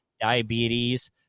diabetes